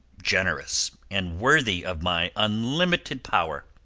generous, and worthy of my unlimited power